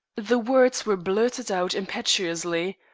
the words were blurted out impetuously,